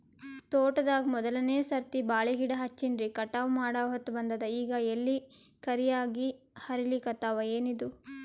ತೋಟದಾಗ ಮೋದಲನೆ ಸರ್ತಿ ಬಾಳಿ ಗಿಡ ಹಚ್ಚಿನ್ರಿ, ಕಟಾವ ಮಾಡಹೊತ್ತ ಬಂದದ ಈಗ ಎಲಿ ಕರಿಯಾಗಿ ಹರಿಲಿಕತ್ತಾವ, ಏನಿದು?